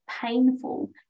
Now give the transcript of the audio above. painful